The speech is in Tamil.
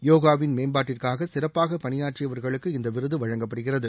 யோகாவின் மேம்பாட்டிற்காக சிறப்பாக பணியாற்றியவர்களுக்கு இந்த விருது வழங்கப்படுகிறது